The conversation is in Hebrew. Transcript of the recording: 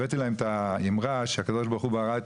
הבאתי להם את האמרה שהקדוש ברוך הוא ברא את